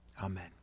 Amen